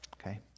Okay